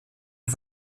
und